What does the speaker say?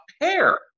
pair